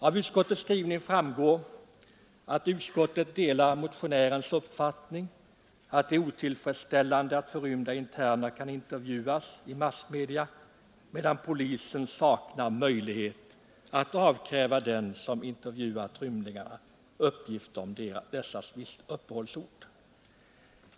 Av utskottets skrivning framgår att utskottet delar uppfattningen att det är otillfredsställande att förrymda interner kan intervjuas i massmedia medan polisen saknar möjlighet att avkräva intervjuaren uppgift om rymlingarnas uppehållsort.